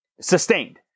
Sustained